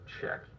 check